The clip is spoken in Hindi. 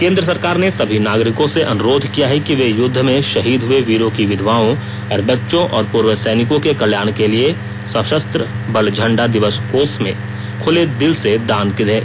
केंद्र सरकार ने सभी नागरिकों से अनुरोध किया है कि वे युद्ध में शहीद हुए वीरों की विधवाओं और बच्चों और पूर्व सैनिकों के कल्याण के लिए संशस्त्र बल इंडा दिवस कोष में खुले दिल से दान दें